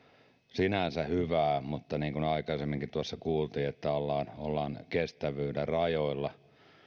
sinänsä hyvää mutta niin kuin aikaisemminkin tuossa kuultiin ollaan ollaan kestävyyden rajoilla